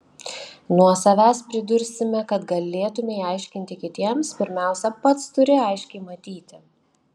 nuo savęs pridursime kad galėtumei aiškinti kitiems pirmiausia pats turi aiškiai matyti